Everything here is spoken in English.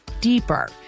deeper